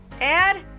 Add